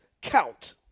count